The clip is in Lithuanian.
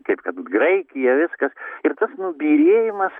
kaip kad graikija viskas ir tas nubyrėjimas